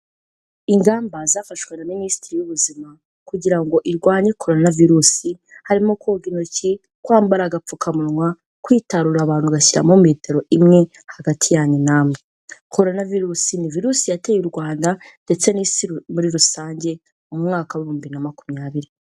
Ingamba zafashwe na Minisiteri y'Ubuzima, kugira ngo irwanye Korona Virusi, harimo koga intoki, kwambara agapfukamunwa, kwitarura abantu ugashyiramo metero imwe hagati yanyu namwe. Korona Virusi ni virusi yateye u Rwanda ndetse n'isi muri rusange, mu mwaka w'ibihumbi bibiri na makumyabiri.